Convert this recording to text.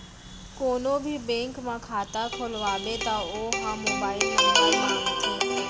कोनो भी बेंक म खाता खोलवाबे त ओ ह मोबाईल नंबर मांगथे